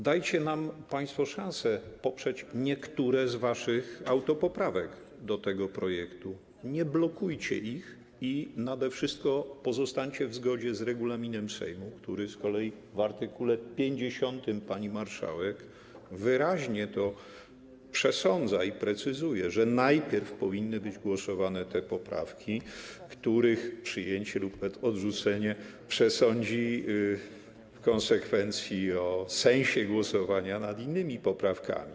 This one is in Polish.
Dajcie nam państwo szansę poprzeć niektóre z waszych autopoprawek do tego projektu, nie blokujcie ich i nade wszystko pozostańcie w zgodzie z regulaminem Sejmu, który z kolei w art. 50, pani marszałek, wyraźnie to przesądza i precyzuje, że najpierw powinny być poddane pod głosowanie te poprawki, których przyjęcie lub odrzucenie przesądzi w konsekwencji o sensie głosowania nad innymi poprawkami.